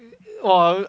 orh